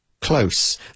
close